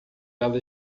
ela